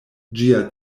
ĝia